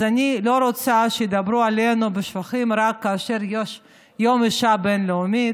אז אני לא רוצה שיאמרו עלינו שבחים רק כאשר יש יום האישה הבין-לאומי